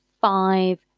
five